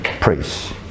praise